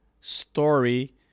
story